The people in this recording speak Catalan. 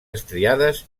estriades